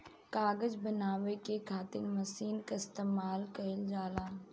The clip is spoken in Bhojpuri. कागज बनावे के खातिर मशीन के इस्तमाल कईल जाला